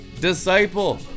disciple